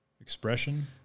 expression